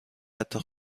حتی